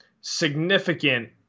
significant